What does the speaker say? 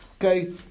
okay